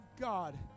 God